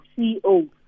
CEO